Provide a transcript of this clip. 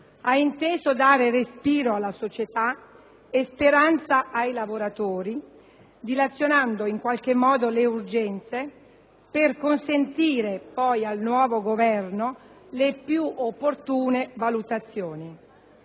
ha inteso dare respiro alla società e speranza ai lavoratori, dilazionando in qualche modo le urgenze, per consentire poi al nuovo Governo le più opportune valutazioni.